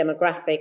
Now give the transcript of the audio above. demographic